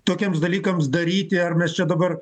tokiems dalykams daryti ar mes čia dabar